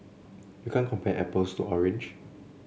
you can't compare apples to orange